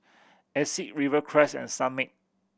Asics Rivercrest and Sunmaid